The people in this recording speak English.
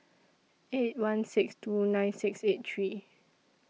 eight one six two nine six eight three